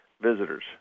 visitors